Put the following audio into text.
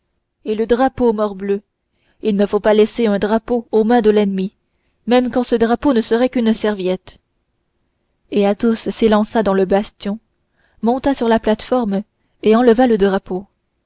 et le drapeau morbleu il ne faut pas laisser un drapeau aux mains de l'ennemi même quand ce drapeau ne serait qu'une serviette et athos s'élança dans le bastion monta sur la plate-forme et enleva le drapeau